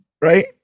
right